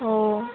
অঁ